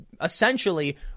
essentially